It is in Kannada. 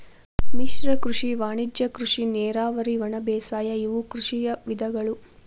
ಮಿಶ್ರ ಕೃಷಿ ವಾಣಿಜ್ಯ ಕೃಷಿ ನೇರಾವರಿ ಒಣಬೇಸಾಯ ಇವು ಕೃಷಿಯ ವಿಧಗಳು